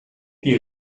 die